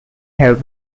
have